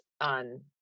on